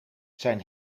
zijn